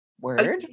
word